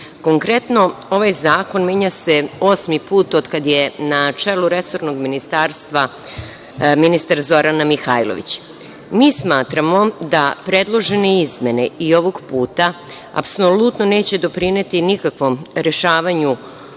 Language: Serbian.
Konkretno, ovaj zakon menja se osmi put od kada je na čelu resornog Ministarstva ministar Zorana Mihajlović. Mi smatramo da predložene izmene i ovog puta apsolutno neće doprineti nikakvom rešavanju